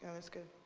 that's good.